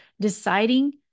deciding